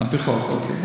על-פי חוק, אוקיי.